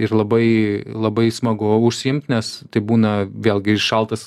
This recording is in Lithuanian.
ir labai labai smagu užsiimt nes tai būna vėlgi šaltas